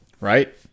Right